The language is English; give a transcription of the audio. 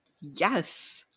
Yes